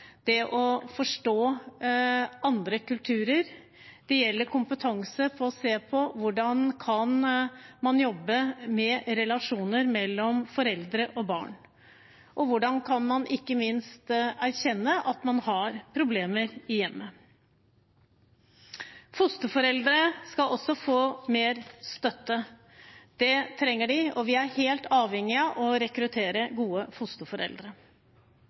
det å forstå andre kulturer, det gjelder kompetanse på å se på hvordan man kan jobbe med relasjoner mellom foreldre og barn, og hvordan man ikke minst kan erkjenne at man har problemer i hjemmet. Fosterforeldre skal også få mer støtte. Det trenger de, og vi er helt avhengig av å rekruttere gode fosterforeldre.